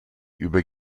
über